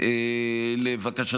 לבקשתי,